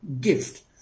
gift